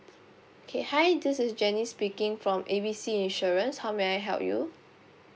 okay hi this is jenny speaking from A B C insurance how may I help you